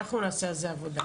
אנחנו נעשה על זה עבודה.